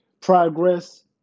progress